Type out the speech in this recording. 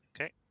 Okay